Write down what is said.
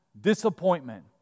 disappointment